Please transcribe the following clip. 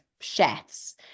chefs